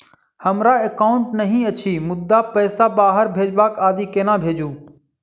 हमरा एकाउन्ट नहि अछि मुदा पैसा बाहर भेजबाक आदि केना भेजू?